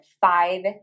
five